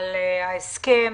על ההסכם,